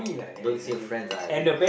don't steal friends ah I eat